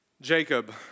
Jacob